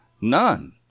None